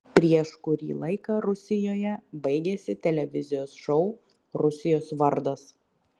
prieš kurį laiką rusijoje baigėsi televizijos šou rusijos vardas